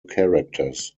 characters